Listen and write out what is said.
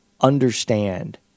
understand